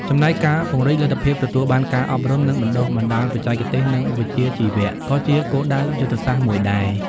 ចំណែកការពង្រីកលទ្ធភាពទទួលបានការអប់រំ និងបណ្តុះបណ្តាលបច្ចេកទេស និងវិជ្ជាជីវៈ ក៏ជាគោលដៅយុទ្ធសាស្ត្រមួយដែរ។ ។